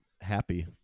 happy